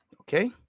Okay